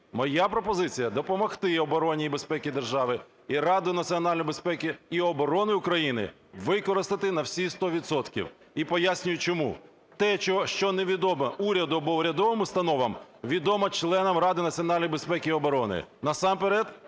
Моя пропозиція: допомогти обороні і безпеці держави і Раду національної безпеки і оборони України використати на всі сто відсотків і пояснюю чому. Те, що невідомо уряду або неурядовим установам, відомо членам Ради національної безпеки і оборони, насамперед